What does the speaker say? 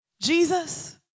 Jesus